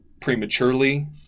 prematurely